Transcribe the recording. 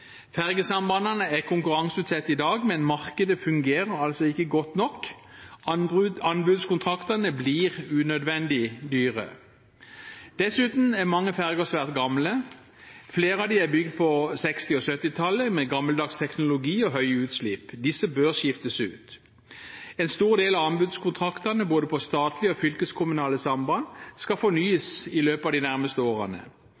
Fergesambandene er konkurranseutsatte i dag, men markedet fungerer altså ikke godt nok. Anbudskontraktene blir unødvendig dyre. Dessuten er mange ferger svært gamle, flere av dem er bygd på 1960- og 1970-tallet med gammeldags teknologi og høye utslipp. Disse bør skiftes ut. En stor del av anbudskontraktene både på statlige og fylkeskommunale samband skal fornyes i løpet av de nærmeste årene.